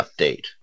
Update